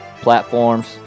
platforms